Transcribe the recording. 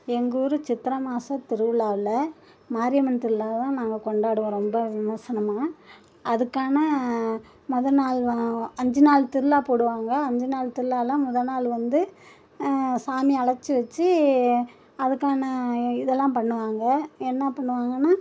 எங்கள் ஊர் சித்திரை மாதம் திருவிழாவுல மாரியம்மன் திருவிழாதான் நாங்கள் கொண்டாடுவோம் ரொம்ப விமர்சனமாக அதுக்கான முதல் நாள் வ அஞ்சு நாள் திருவிழா போடுவாங்க அஞ்சு நாள் திருவிழால முதல் நாள் வந்து சாமி அழைச்சி வச்சு அதுக்கான இதெல்லாம் பண்ணுவாங்க என்ன பண்ணுவாங்கன்னால்